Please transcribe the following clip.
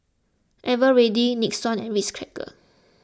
Eveready Nixon and Ritz Crackers